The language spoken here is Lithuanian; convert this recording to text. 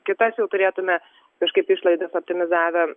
kitas jau turėtumėme kažkaip išlaidas optimizavę